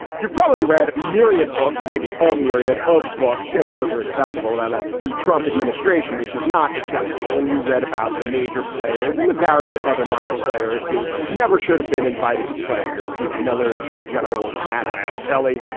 you've probably read myriad books or maybe a um myriad of books, you know, both are acceptable about about the trump administration, which is not acceptable, and you read about the major players in the various other minor players who never should have been invited to play. you're stephen miller is your generals, mattis and kelly.